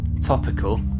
topical